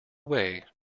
away